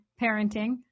Parenting